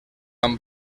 amb